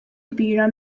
kbira